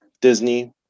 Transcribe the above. Disney